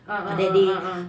ah ah ah ah ah